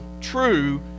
true